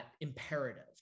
imperative